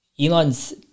Elon's